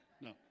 No